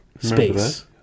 space